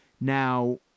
Now